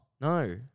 No